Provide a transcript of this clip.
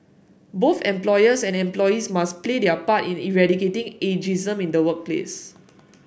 both employers and employees must play their part in eradicating ageism in the workplace